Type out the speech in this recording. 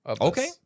Okay